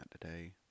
today